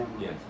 Yes